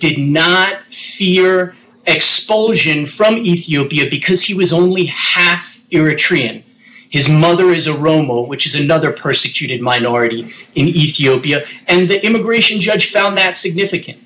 did not see your explosion from ethiopia because he was only half your tree and his mother is a roma which is another persecuted minority in ethiopia and the immigration judge found that significant